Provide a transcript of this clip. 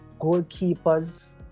goalkeepers